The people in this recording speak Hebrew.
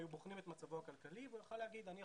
היו בוחנים את מצבו הכלכלי והוא יכול